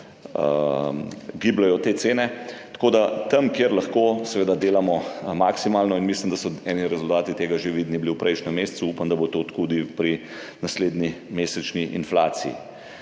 gibljejo te cene. Tako da tam, kjer lahko, seveda delamo maksimalno in mislim, da so določeni rezultati tega že bili vidni prejšnji mesec, upam, da bo tako tudi pri naslednji mesečni inflaciji.